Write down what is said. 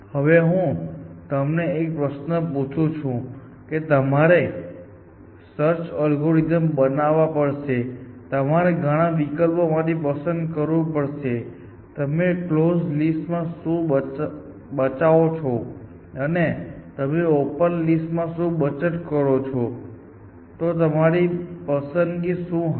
હવે હું તમને એક પ્રશ્ન પૂછું છું કે જો તમારે સર્ચ એલ્ગોરિધમ્સ બનાવવા પડશે અને તમારે ઘણા વિકલ્પોમાંથી પસંદ કરવું પડશે કે તમે કલોઝ લિસ્ટ માં શું બચાવો છો અથવા તમે ઓપન લિસ્ટ માં શું બચત કરો છો તો તમારી પસંદગી શું હશે